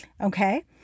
Okay